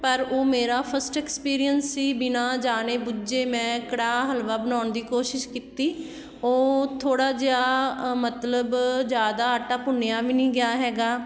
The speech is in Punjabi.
ਪਰ ਉਹ ਮੇਰਾ ਫਸਟ ਐਕਸਪੀਰੀਅੰਸ ਸੀ ਬਿਨਾਂ ਜਾਣੇ ਬੁੱਝੇ ਮੈਂ ਕੜਾਹ ਹਲਵਾ ਬਣਾਉਣ ਦੀ ਕੋਸ਼ਿਸ਼ ਕੀਤੀ ਉਹ ਥੋੜ੍ਹਾ ਜਿਹਾ ਮਤਲਬ ਜ਼ਿਆਦਾ ਆਟਾ ਭੁੰਨਿਆ ਵੀ ਨਹੀਂ ਗਿਆ ਹੈਗਾ